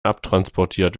abtransportiert